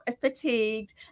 fatigued